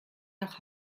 nach